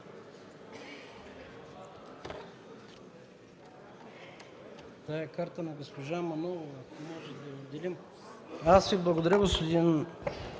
Аз Ви благодаря, господин